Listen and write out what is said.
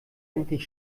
endlich